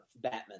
Batman